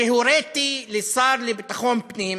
הוריתי לשר לביטחון פנים